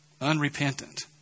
unrepentant